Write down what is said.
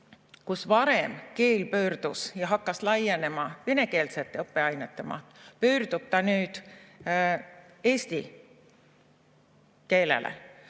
kus varem keel pöördus ja hakkas laienema venekeelsete õppeainete maht, pöördub ta nüüd eesti keelele.